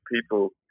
people